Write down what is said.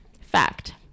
fact